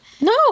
No